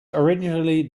originally